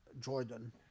Jordan